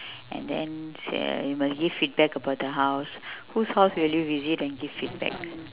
and then say must give feedback about the house whose house will you visit and give feedback